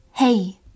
Hey